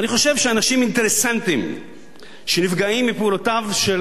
אני חושב שאנשים אינטרסנטים שנפגעים מפעולותיו של